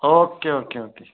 okay okay okay